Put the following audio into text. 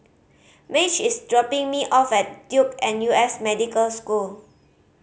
Madge is dropping me off at Duke N U S Medical School